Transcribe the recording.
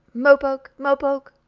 mo-poke! mo-poke!